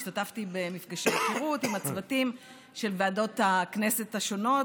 השתתפתי במפגשי היכרות עם הצוותים של ועדות הכנסת השונות,